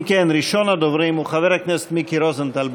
אם כן, ראשון הדוברים הוא חבר הכנסת מיקי רוזנטל.